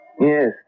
Yes